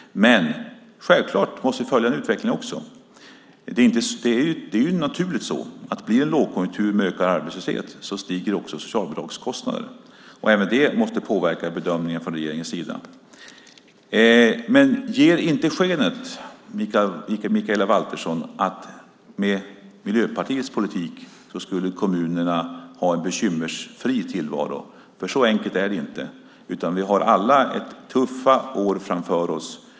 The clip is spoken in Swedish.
Självklart måste vi dock följa denna utveckling också. Det är naturligt att socialbidragskostnaderna ökar när det blir en lågkonjunktur med ökad arbetslöshet. Även det påverkar regeringens bedömning. Ge inte skenet av, Mikaela Valtersson, att med Miljöpartiets politik skulle kommunerna ha en bekymmersfri tillvaro! Så enkelt är det inte. Vi har alla tuffa år framför oss.